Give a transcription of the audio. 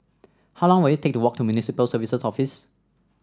how long will it take to walk to Municipal Services Office